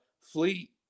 Fleet